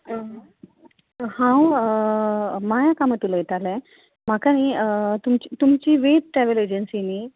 हांव माया कामत उलयतालें म्हाका न्ही तुमची वीज ट्रॅवल एजन्सी न्ही